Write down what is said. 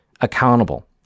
accountable